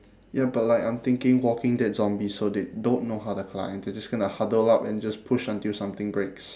ya but like I'm thinking walking dead zombies so they don't know how to climb they're just gonna huddle up and just push until something breaks